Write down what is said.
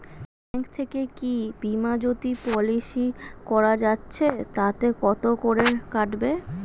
Bank থেকে কী বিমাজোতি পলিসি করা যাচ্ছে তাতে কত করে কাটবে?